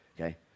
okay